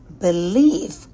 belief